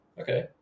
okay